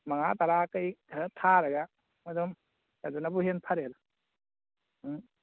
ꯃꯉꯥ ꯇꯔꯥ ꯀꯩ ꯈꯔ ꯊꯥꯔꯒ ꯑꯗꯨꯝ ꯑꯗꯨꯅꯕꯨ ꯍꯦꯟꯅ ꯐꯔꯦꯗ ꯎꯝ